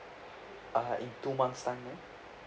uh two months time ma'am